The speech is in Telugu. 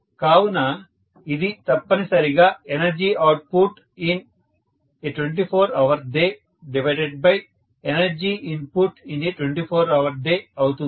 కావున ఇది తప్పనిసరిగా energy input in a 24 hour dayenergy output in a 24 hour day అవుతుంది